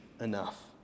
enough